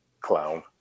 clown